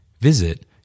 Visit